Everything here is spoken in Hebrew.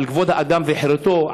על כבוד האדם וחירותו,